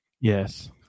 Yes